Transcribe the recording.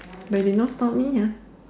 but they did not stop me ya